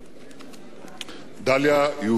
דליה, יובל,